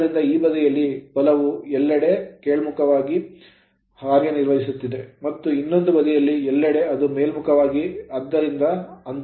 ಆದ್ದರಿಂದ ಈ ಬದಿಯಲ್ಲಿ ಬಲವು ಎಲ್ಲೆಡೆ ಕೆಳಮುಖವಾಗಿ ಕಾರ್ಯನಿರ್ವಹಿಸುತ್ತಿದೆ ಮತ್ತು ಇನ್ನೊಂದು ಬದಿಯಲ್ಲಿ ಎಲ್ಲೆಡೆ ಅದು ಮೇಲ್ಮುಖವಾಗಿದೆ